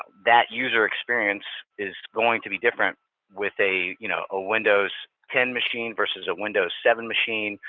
that user experience is going to be different with a you know a windows ten machine versus a windows seven machine.